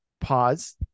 pause